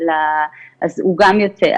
אז הוא גם יצא.